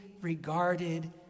regarded